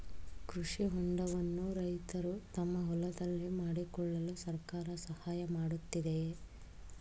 ಕೃಷಿ ಹೊಂಡವನ್ನು ರೈತರು ತಮ್ಮ ಹೊಲದಲ್ಲಿ ಮಾಡಿಕೊಳ್ಳಲು ಸರ್ಕಾರ ಸಹಾಯ ಮಾಡುತ್ತಿದೆಯೇ?